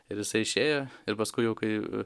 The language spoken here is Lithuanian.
ir jisai išėjo ir paskui jau kai